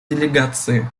делегации